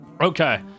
Okay